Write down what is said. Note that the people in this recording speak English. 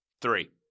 Three